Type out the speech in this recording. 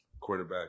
quarterback